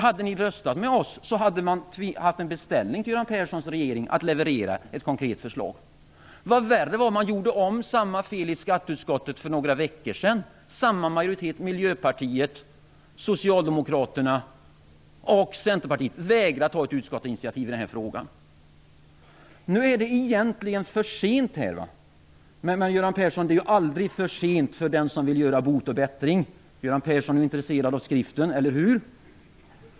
Hade ni röstat med oss hade det blivit en beställning till Göran Perssons regering att leverera ett konkret förslag. Vad värre är: Man gjorde om samma fel i skatteutskottet för några veckor sedan. Samma majoritet - Miljöpartiet, Socialdemokraterna och Centerpartiet - vägrade att ta ett utskottsinitiativ i den här frågan. Nu är det egentligen för sent. Men, Göran Persson, det är aldrig för sent för den som vill göra bot och bättring - Göran Persson är intresserad av Skriften, eller hur?